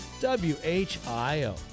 W-H-I-O